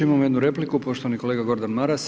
Imamo jednu repliku poštovani kolega Gordan Maras.